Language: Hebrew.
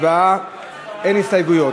אין הסתייגויות.